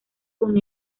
con